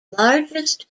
largest